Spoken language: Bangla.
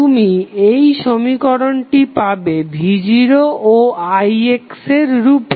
তুমি এই সমীকরণটি পাবে v0 ও ix এর রূপে